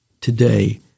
today